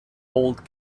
old